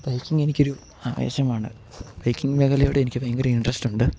biking എനിക്കൊരു ആവേശമാണ് biking മേഖലയോട് എനിക്ക് ഭയങ്കര ഇൻട്രസ്റ്റ് ഉണ്ട്